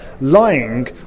lying